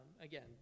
again